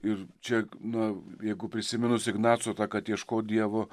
ir čia na jeigu prisiminus ignaco tą kad ieškot dievo